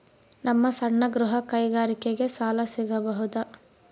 ನಮ್ಮ ಸಣ್ಣ ಗೃಹ ಕೈಗಾರಿಕೆಗೆ ಸಾಲ ಸಿಗಬಹುದಾ?